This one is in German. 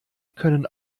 können